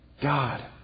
God